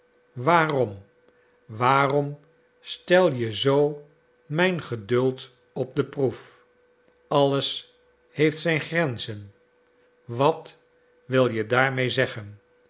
waarom waarom stel je zoo mijn geduld op de proef alles heeft zijn grenzen wat wil je daarmede zeggen